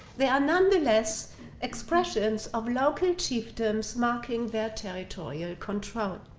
they are nonetheless expressions of local chiefdoms marking their territory or control.